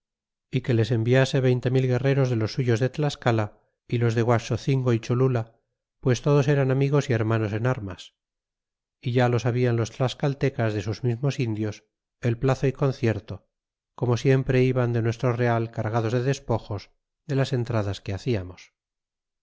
y que les enviase veinte mil guerreros de los suyos de tlascala y los de guaxocingo y cholula pues todos eran amigos y hermanos en armas ya lo sabian los tlas cal tecas de sus mismos indios el plazo y concierto como siempre iban de nuestro real cargados de despojos de las entradas que